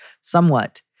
somewhat